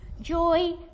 joy